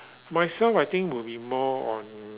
myself I think would be more on